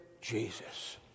Jesus